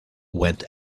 went